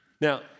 Now